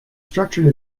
structured